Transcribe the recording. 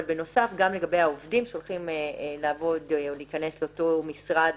ומידע לגבי העובדים שהולכים לעבוד או להיכנס לאותו משרד,